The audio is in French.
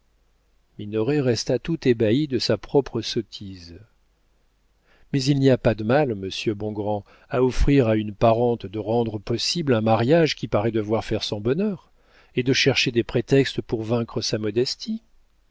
minoret resta tout ébahi de sa propre sottise mais il n'y a pas de mal monsieur bongrand à offrir à une parente de rendre possible un mariage qui paraît devoir faire son bonheur et de chercher des prétextes pour vaincre sa modestie